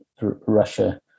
russia